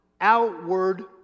Outward